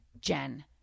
Jen